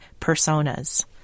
personas